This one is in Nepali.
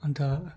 अन्त